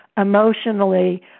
emotionally